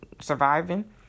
surviving